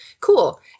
cool